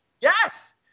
Yes